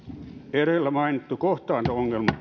edellä mainittu kohtaanto ongelma